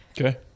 Okay